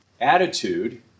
attitude